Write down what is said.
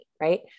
Right